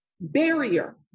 Barrier